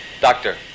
Doctor